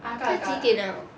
现在几点 liao